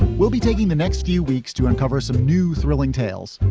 we'll be taking the next few weeks to uncover some new thrilling tales.